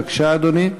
בבקשה, אדוני.